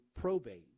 probate